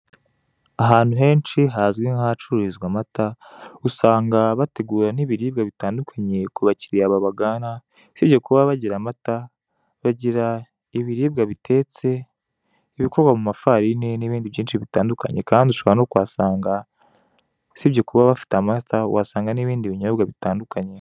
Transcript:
Ahantu henshi hazwi nk'ahacururizwa amata usanga bategura n'ibiribwa bitandukanye kubakiriya babagana, usibye kuba bagira amata bagira ibiribwa bitetse ibikorwa mu mafarini n'ibindi byinshi bitandukanye kandi ushobora no kuhasanga usibye kuba bafite amata wahasanga n'ibindi binyobwa bitandukanye.